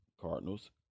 Cardinals